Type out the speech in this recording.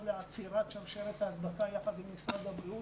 לעצירת שרשרת ההדבקה יחד עם משרד הבריאות,